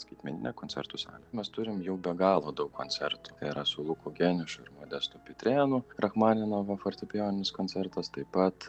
skaitmeninę koncertų salę mes turim jau be galo daug koncertų ir su luku geniušu ir modestu pitrėnu rachmaninovo fortepijoninis koncertas taip pat